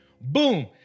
Boom